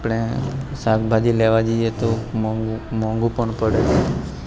આપણે શાકભાજી લેવા જઈએ તો મોંઘું મોંઘું પડે પણ પડે